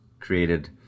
created